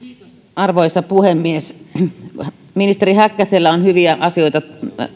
arvoisa puhemies ministeri häkkäsellä on hyviä asioita